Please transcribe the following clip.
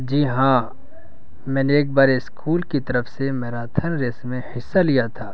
جی ہاں میں نے ایک بار اسکول کی طرف سے میراتھن ریس میں حصہ لیا تھا